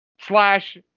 slash